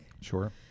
sure